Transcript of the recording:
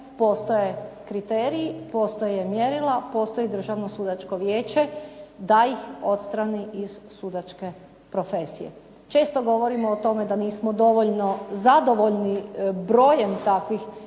postoje kriteriji, postoje mjerila, postoji državno sudačko vijeće da ih odstrani iz sudačke profesije. Često govorimo o tome da nismo dovoljno zadovoljni brojem takvih postupaka